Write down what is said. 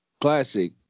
classic